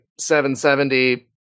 770